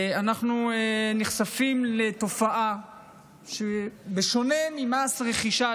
אנחנו נחשפים לתופעה שבה בשונה ממס רכישה,